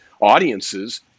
audiences